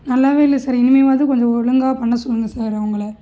நல்லாவே இல்லை சார் இனிமேலாவது கொஞ்சம் ஒழுங்காக பண்ண சொல்லுங்கள் சார் அவங்களை